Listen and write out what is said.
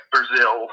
Brazil